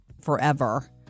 forever